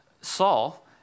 Saul